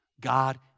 God